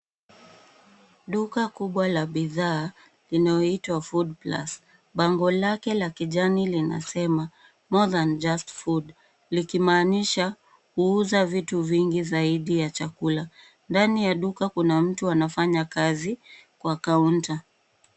Duka kubwa la bidhaa linaoitwa Foodplus. Bango lake la kijani linasema more than just food , likimaanisha kuuza vitu vingi zaidi ya chakula. Ndani ya duka kuna mtu anafanya kazi kwa kaunta.